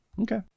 Okay